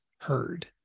heard